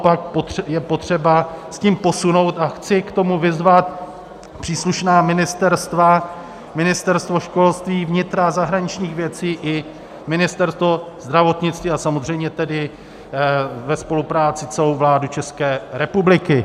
Naopak je potřeba to posunout a chci k tomu vyzvat příslušná ministerstva ministerstva školství, vnitra, zahraničních věcí i Ministerstvo zdravotnictví, a samozřejmě tedy ve spolupráci celou vládu České republiky.